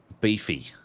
beefy